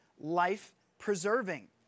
life-preserving